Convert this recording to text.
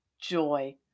joy